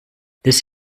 this